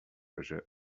باشه